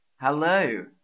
Hello